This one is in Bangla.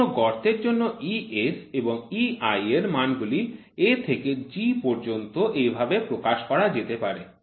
তাই কোনও গর্তের জন্য ES এবং EI এর মানগুলি A থেকে G পর্যন্ত এভাবে প্রকাশ করা যেতে পারে